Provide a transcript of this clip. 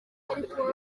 ariko